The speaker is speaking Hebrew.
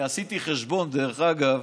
אני עשיתי חשבון, דרך אגב: